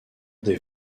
des